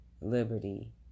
liberty